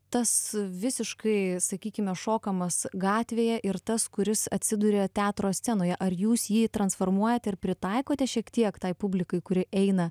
tas visiškai sakykime šokamas gatvėje ir tas kuris atsiduria teatro scenoje ar jūs jį transformuojat ir pritaikote šiek tiek tai publikai kuri eina